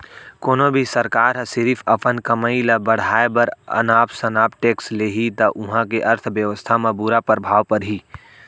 कोनो भी सरकार ह सिरिफ अपन कमई ल बड़हाए बर अनाप सनाप टेक्स लेहि त उहां के अर्थबेवस्था म बुरा परभाव परही